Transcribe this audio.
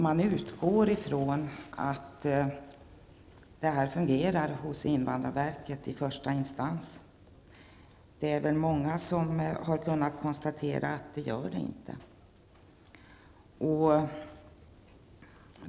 Man utgår ifrån att det hela fungerar vid invandrarverket, i första instans. Många har emellertid kunnat konstatera att det inte gör det.